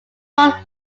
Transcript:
one